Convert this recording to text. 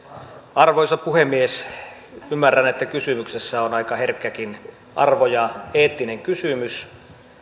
arvoisa puhemies ymmärrän että kysymyksessä on aika herkkäkin arvo ja eettinen kysymys